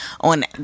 on